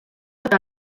eta